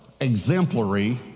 exemplary